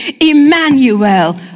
Emmanuel